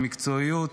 במקצועיות